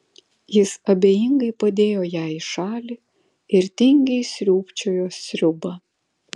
jis abejingai padėjo ją į šalį ir tingiai sriūbčiojo sriubą